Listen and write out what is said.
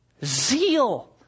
zeal